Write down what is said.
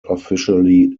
officially